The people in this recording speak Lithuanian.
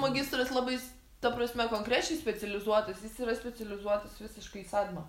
magistras labai s ta prasme konkrečiai specializuotis jis yra specializuotis visiškai į sadmą